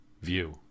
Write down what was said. view